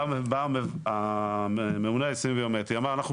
בא הממונה על היישומים הביומטריים ואמר: אנחנו